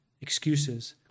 excuses